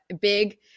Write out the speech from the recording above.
big